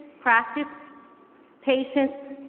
practice patience,